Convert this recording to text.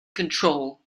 control